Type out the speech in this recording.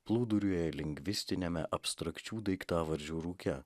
plūduriuoja lingvistiniame abstrakčių daiktavardžių rūke